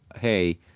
hey